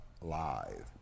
live